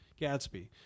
Gatsby